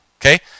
Okay